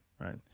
right